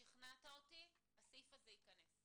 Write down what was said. שכנעת אותי הסעיף הזה ייכנס.